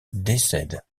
décèdent